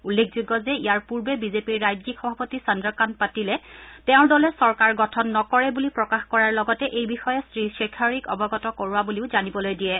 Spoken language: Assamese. উল্লেখযোগ্য যে ইয়াৰ পূৰ্বে বিজেপিৰ ৰাজ্যিক সভাপতি চন্দ্ৰকান্ত পাটিলে তেওঁৰ দলে চৰকাৰ গঠন নকৰে বুলি প্ৰকাশ কৰাৰ লগতে এই বিষয়ে শ্ৰীখোশ্যাৰিক অৱগত কৰোৱা বুলিও জানিবলৈ দিয়ে